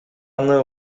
аны